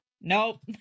Nope